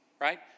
right